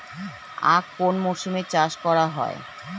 আখ কোন মরশুমে চাষ করা হয়?